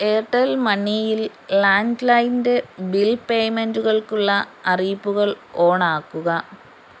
Airtel മണിയിൽ ലാൻഡ്ലൈൻൻ്റെ bill പേയ്മെൻറ്റുകൾക്കുള്ള അറിയിപ്പുകൾ ഓണ് ആക്കുക